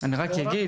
היא לא מחולקת.